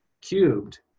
cubed